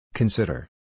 Consider